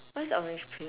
what's orange peel